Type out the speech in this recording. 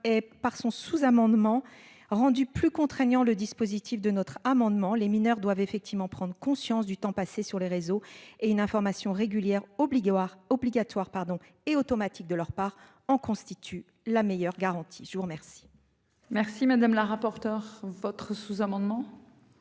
et par son sous-amendement rendu plus contraignant. Le dispositif de notre amendement les mineurs doivent effectivement prendre conscience du temps passé sur les réseaux, et une information régulière obligatoires obligatoires pardon et automatique de leur part en constitue la meilleure garantie. Je vous remercie. Merci madame la rapporteure votre sous-amendement.